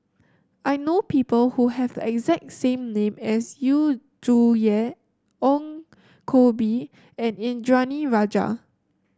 I know people who have the exact same name as Yu Zhuye Ong Koh Bee and Indranee Rajah